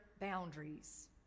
boundaries